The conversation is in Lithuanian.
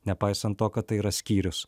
nepaisant to kad tai yra skyrius